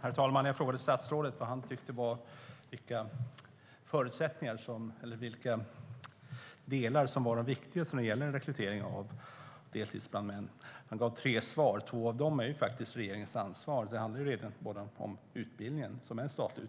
Herr talman! Jag frågade statsrådet vilka delar han tyckte var viktigast när det gäller rekrytering av deltidsbrandmän. Han gav tre besked. Två av dem att det är regeringens ansvar - utbildningen är statlig